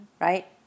right